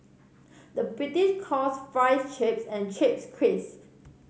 the British calls fries chips and chips crisp